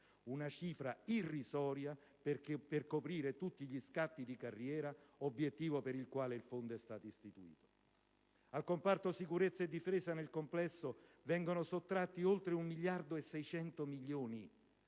irrisoria per coprire tutti gli scatti di carriera, obiettivo per il quale il fondo è stato istituito. Al comparto sicurezza e difesa, nel complesso, vengono sottratti oltre 1,6 miliardi di